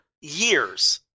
years